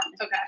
Okay